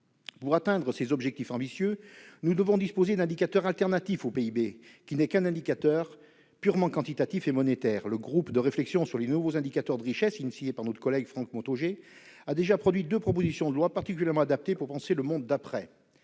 Pour atteindre ces objectifs ambitieux, nous devons disposer d'indicateurs autres que le PIB, qui n'est que purement quantitatif et monétaire. Le groupe de réflexion sur les nouveaux indicateurs de richesse, créé sur l'initiative de notre collègue Franck Montaugé, a déjà produit deux propositions de loi particulièrement bienvenues pour penser le « monde d'après